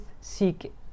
seek